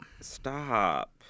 Stop